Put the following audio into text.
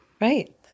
Right